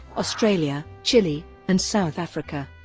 australia, chile and south africa.